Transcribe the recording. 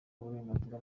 uburenganzira